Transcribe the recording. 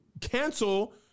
cancel